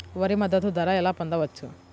వరి మద్దతు ధర ఎలా పొందవచ్చు?